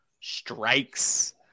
strikes